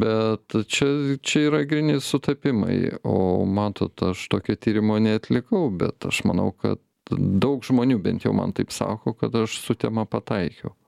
bet čia čia yra gryni sutapimai o matot aš tokio tyrimo neatlikau bet aš manau kad daug žmonių bent jau man taip sako kad aš su tema pataikiau